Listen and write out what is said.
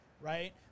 Right